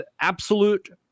absolute